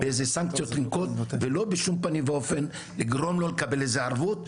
איזה סנקציות לנקוט ולא בשום פנים ואופן לגרום לו לקבל איזושהי ערבות,